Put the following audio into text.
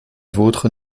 vôtre